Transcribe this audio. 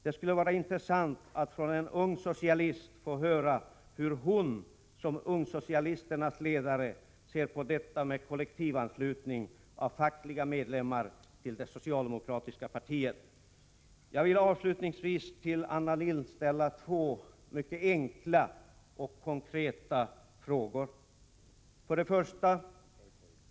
Det skulle vara intressant att från en ung socialist få höra hur hon, i egenskap av ungsocialisternas ledare, ser på detta med kollektivanslutning av fackliga medlemmar till det socialdemokratiska partiet. Jag vill avslutningsvis till Anna Lindh ställa två mycket enkla och konkreta frågor: 1.